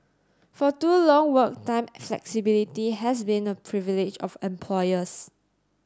for too long work time flexibility has been a privilege of employers